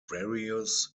various